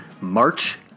March